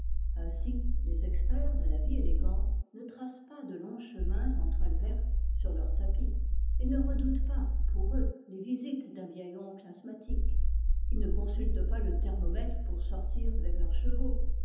ainsi les experts de la vie élégante ne tracent pas de longs chemins en toile verte sur leurs tapis et ne redoutent pas pour eux les visites d'un vieil oncle asthmatique ils ne consultent pas le thermomètre pour sortir avec leurs chevaux